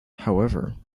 however